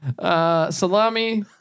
Salami